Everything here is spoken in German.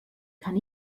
kann